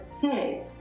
Hey